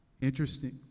Interesting